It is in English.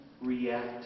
react